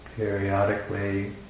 periodically